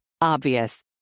Obvious